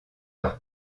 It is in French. leur